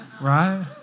right